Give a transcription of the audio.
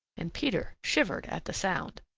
and peter shivered at the sound.